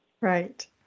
Right